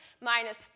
minus